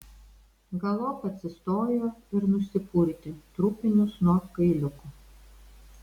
galop atsistojo ir nusipurtė trupinius nuo kailiuko